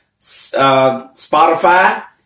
Spotify